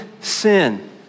sin